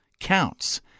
counts